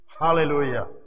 Hallelujah